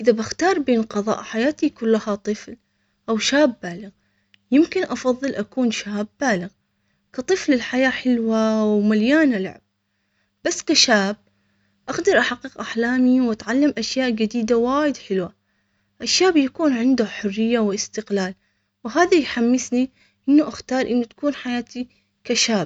إذا بختار بين قضاء حياتي كلها، طفل أو شاب بالغ، يمكن أفضل أكون شاب بالغ كطفل، الحياة حلوة ومليانة، لعب، بس كشاب أقدر أحقق أحلامي، وأتعلم أشياء جديدة، وايد حلوة، أشياء بيكون عنده حرية وإستقلال، وهذه.